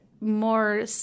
more